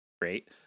great